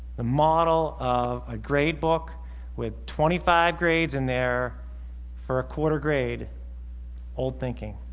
the model of a grade book with twenty five grades in there for a quarter grade old thinking